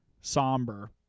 somber